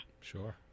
Sure